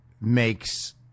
makes